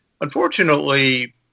unfortunately